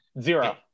zero